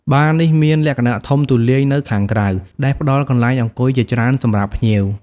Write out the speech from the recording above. បារនេះមាន លក្ខណៈធំទូលាយនៅខាងក្រៅ ដែលផ្ដល់កន្លែងអង្គុយជាច្រើនសម្រាប់ភ្ញៀវ។